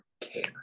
care